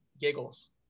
giggles